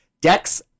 Dex